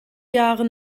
jahre